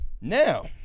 Now